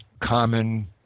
common